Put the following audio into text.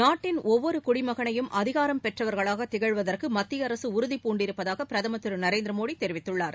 நாட்டின் ஒவ்வொரு குடிமகனையும் அதிகாரம் பெற்றவர்களாகத் திகழுவதற்கு மத்தியஅரசு உறுதிபூண்டிருப்பதாக பிரதமர் திருநரேந்திர மோடி தெரிவித்துள்ளார்